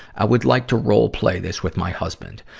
i would like to role play this with my husband.